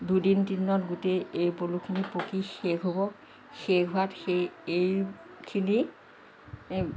দুদিন তিনিদিনত গোটেই এড়ী পলুখিনি পকি শেষ হ'ব শেষ হোৱাত সেই এইখিনি